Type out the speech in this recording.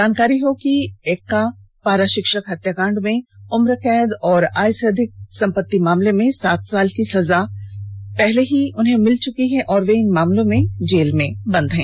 जानकारी हो कि एनोस पारा षिक्षक हत्याकांड में उम्रकैद और आय से अधिक मामले में सात साल की सजा पहले ही मिल चुकी है और वे इन मामलों में जेल में बंद हैं